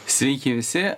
sveiki visi esam